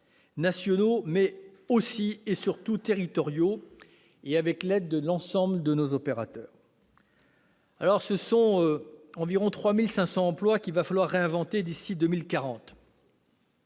nationaux, mais aussi, et surtout, territoriaux de l'État, avec l'aide de l'ensemble de nos opérateurs. Ce sont environ 3 500 emplois qu'il faudra réinventer d'ici à 2040.